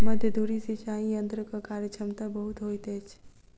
मध्य धुरी सिचाई यंत्रक कार्यक्षमता बहुत होइत अछि